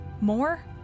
More